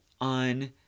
on